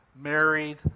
married